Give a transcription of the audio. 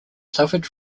suffered